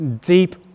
deep